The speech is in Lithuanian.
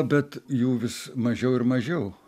bet jų vis mažiau ir mažiau